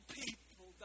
people